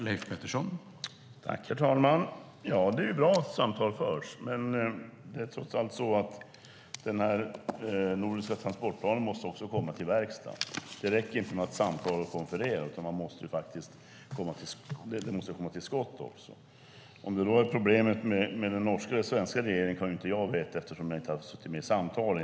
Herr talman! Det är bra att samtal förs, men den nordiska transportplanen måste också bli verklighet. Det räcker inte med att samtala och konferera, utan man måste faktiskt komma till skott också. Om det är den norska eller svenska regeringen som är problemet kan jag inte veta eftersom jag inte har suttit med i samtalen.